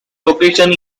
location